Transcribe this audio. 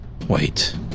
Wait